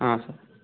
ಹಾಂ ಸರ್